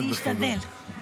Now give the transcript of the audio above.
אני אשתדל.